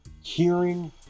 hearing